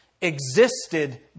existed